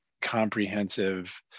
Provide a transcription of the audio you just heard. comprehensive